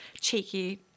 cheeky